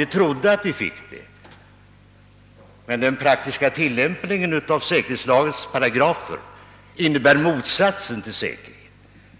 Vi trodde att vi fick det, men den praktiska tillämpningen av säkerhetslagens paragrafer innebär motsatsen till säkerhet